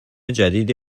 جدیدی